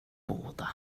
båda